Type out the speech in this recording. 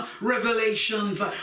revelations